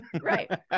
Right